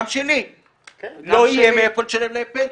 לא יהיה מאיפה לשלם להם פנסיה.